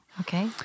Okay